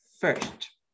first